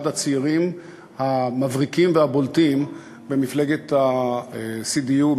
אחד הצעירים המבריקים והבולטים במפלגת ה-CDU,